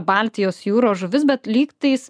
baltijos jūros žuvis bet lygtais